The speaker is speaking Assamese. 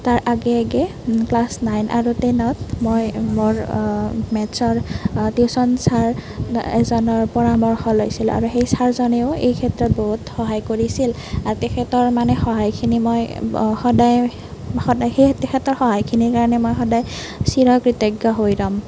তাৰ আগে আগে ক্লাছ নাইন আৰু টেনত মই মোৰ মেথছৰ টিউছন ছাৰ এজনৰ পৰামৰ্শ লৈছিলোঁ আৰু সেই ছাৰজনেও এই ক্ষেত্ৰত বহুত সহায় কৰিছিল আৰু তেখেতৰ মানে সহায়খিনি মই সদায় সদায় সেই তেখেতৰ সহায়খিনিৰ কাৰণে মই সদায় চিৰ কৃতজ্ঞ হৈ ৰ'ম